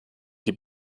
die